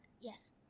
Yes